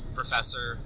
professor